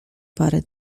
parę